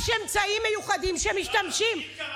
יש אמצעים מיוחדים שמשתמשים,